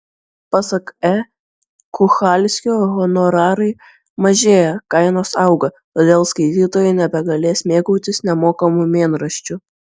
pasak e kuchalskio honorarai mažėja kainos auga todėl skaitytojai nebegalės mėgautis nemokamu mėnraščiu